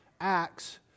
Acts